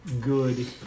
good